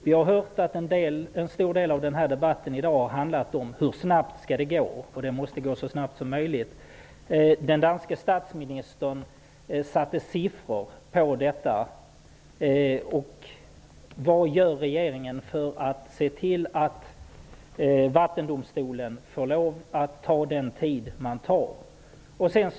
Vi har hört att en stor del av debatten i dag har handlat om hur snabbt det skall gå och att det måste gå så snabbt som möjligt. Den danske statsministern satte siffror på detta. Vad gör regeringen för att se till att Vattendomstolen får lov att ta den tid på sig som man behöver?